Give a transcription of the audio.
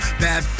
bad